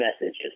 messages